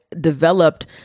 developed